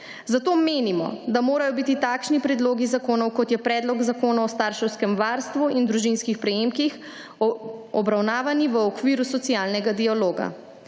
Zato menimo, da morajo biti takšni predlogov zakonov kot je Predlog zakona o starševskem varstvu in družinskih prejemkih obravnavani v okviru socialnega dialoga.